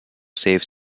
saves